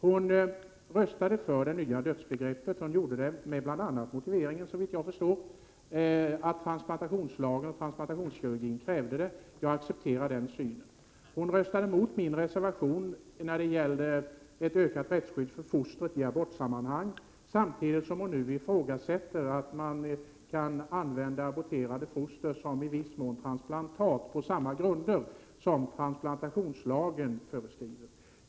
Hon röstade för det nya dödsbegreppet, bl.a. med motiveringen, såvitt jag förstår, att transplantationslagstiftningen och transplantationskirurgin krävde det. Jag accepterar den synen. Hon röstade mot min reservation när det gäller ökat rättsskydd för fostret i abortsammanhang. Samtidigt ifrågasätter hon nu att man i viss mån kan använda aborterade foster som transplantat på samma grunder som transplantationslagen föreskriver.